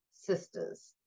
sisters